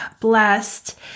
blessed